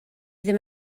ddim